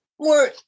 more